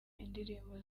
indirimbo